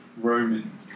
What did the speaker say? Roman